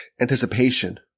anticipation